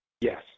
Yes